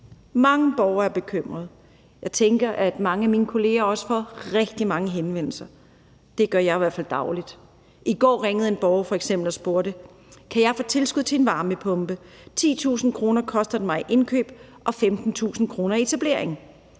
Mange borgere er bekymrede. Jeg tænker, at mange af mine kolleger også får rigtig mange henvendelser. Det gør jeg i hvert fald dagligt. I går ringede en borger f.eks. og spurgte: Kan jeg få tilskud til en varmepumpe? 10.000 kr. koster den mig i indkøb, og 15.000 kr. i etablering.